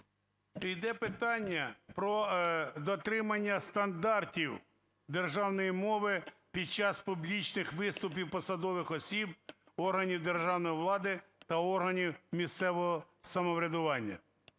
Йде питання про дотримання стандартів державної мови під час публічних виступів посадових осіб органів державної влади та органів місцевого самоврядування.